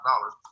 dollars